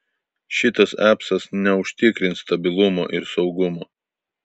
šitas apsas neužtikrins stabilumo ir saugumo